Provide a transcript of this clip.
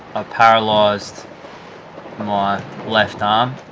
ah paralyzed my left arm